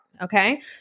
okay